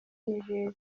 niger